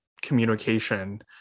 communication